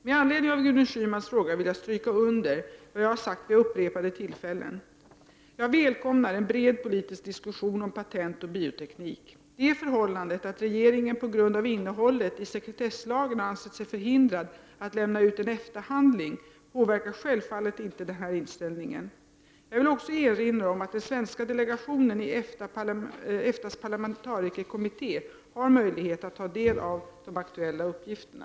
Med anledning av Gudrun Schymans fråga vill jag stryka under vad jag har sagt vid upprepade tillfällen: jag välkomnar en bred politisk diskussion om patent och bioteknik. Det förhållandet att regeringen på grund av innehållet i sekretesslagen har ansett sig förhindrad att lämna ut en EFTA-handling påverkar självfallet inte denna inställning. Jag vill också erinra om att den svenska delegationen i EFTA:s parlamentarikerkommitté har möjlighet att ta del av de aktuella uppgifterna.